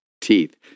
teeth